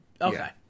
Okay